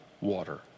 water